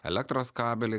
elektros kabelį